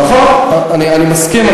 נכון, אני מסכים.